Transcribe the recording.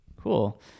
Cool